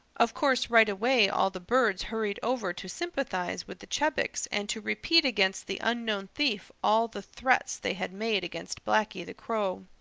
of course right away all the birds hurried over to sympathize with the chebecs and to repeat against the unknown thief all the threats they had made against blacky the crow.